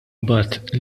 mbagħad